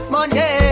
Money